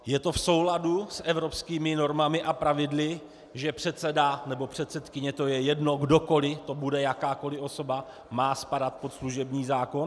Je to v souladu s evropskými normami a pravidly, že předseda nebo předsedkyně, to je jedno, kdokoli to bude, jakákoli osoba, má spadat pod služební zákon?